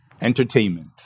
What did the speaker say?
entertainment